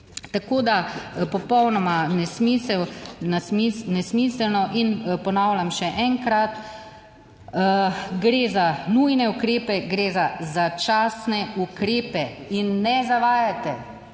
Tako, da popolnoma nesmiselno. In ponavljam še enkrat, gre za nujne ukrepe, gre za začasne ukrepe in ne zavajate,